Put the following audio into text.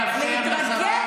אני חייבת להתרגש עוד פעם.